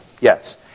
Yes